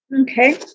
Okay